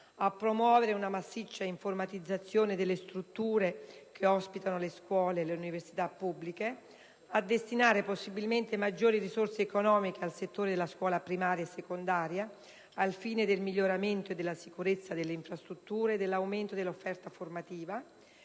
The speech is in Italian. a promuovere una massiccia informatizzazione delle strutture che ospitano le scuole e le università pubbliche; a destinare maggiori risorse economiche al settore della scuola primaria e secondaria al fine del miglioramento e della sicurezza delle infrastrutture e dell'aumento dell'offerta formativa;